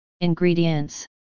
Ingredients